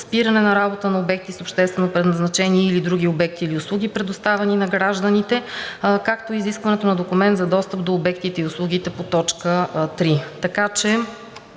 спиране на работа на обекти с обществено предназначение или други обекти, или услуги, предоставени на гражданите, както и изискването на документ за достъп до обектите и услугите по точка